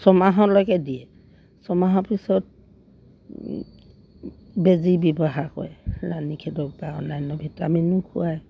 ছমাহলৈকে দিয়ে ছমাহৰ পিছত বেজী ব্যৱহাৰ কৰে ৰাণীখেদক বা অন্যান্য ভিটামিনো খুৱায়